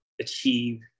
achieve